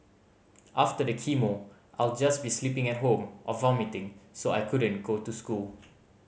after the chemo I'll just be sleeping at home or vomiting so I couldn't go to school